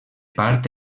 part